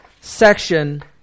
section